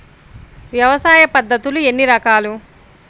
వ్యవసాయ పద్ధతులు ఎన్ని రకాలు?